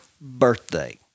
birthday